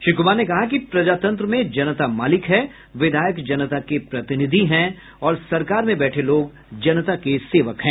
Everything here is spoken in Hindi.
श्री कुमार ने कहा कि प्रजातंत्र में जनता मालिक है विधायक जनता के प्रतिनिधि हैं और सरकार में बैठे लोग जनता के सेवक हैं